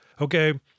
Okay